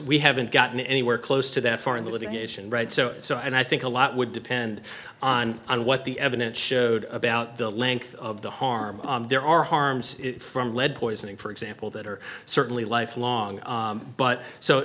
we haven't gotten anywhere close to that far in the litigation right so so and i think a lot would depend on what the evidence showed about the length of the harm there are harms from lead poisoning for example that are certainly lifelong but so